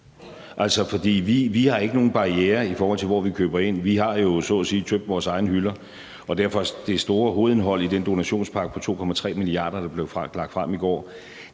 os. For vi har ikke nogen barrierer, i forhold til hvor vi køber ind. Vi har jo så at sige tømt vores egne hylder, og derfor er det store hovedindhold i den donationspakke på 2,3 mia. kr., der blev lagt frem i går,